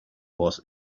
was